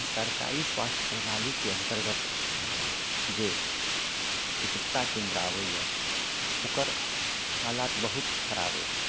सरकारी स्वास्थ्य प्रणालीके अन्तर्गत जे चिकित्सा केन्द्र आबयए ओकर हालात बहुत खराब अछि